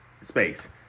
space